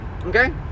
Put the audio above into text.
Okay